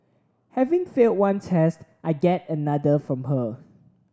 having failed one test I get another from her